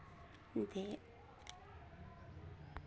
ते